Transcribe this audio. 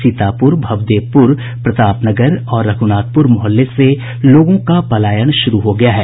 सीतापूर भवदेवपूर प्रतापनगर और रघुनाथपूर मोहल्ले से लोगों का पलायन शुरू हो गया है